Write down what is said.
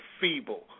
feeble